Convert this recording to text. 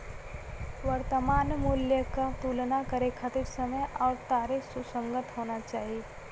वर्तमान मूल्य क तुलना करे खातिर समय आउर तारीख सुसंगत होना चाही